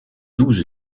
douze